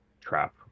trap